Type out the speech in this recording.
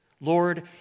Lord